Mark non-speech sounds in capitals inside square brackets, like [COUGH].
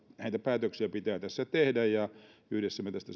näitä päätöksiä pitää tässä tehdä ja yhdessä me tästä [UNINTELLIGIBLE]